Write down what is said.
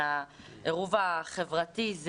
מהעירוב החברתי.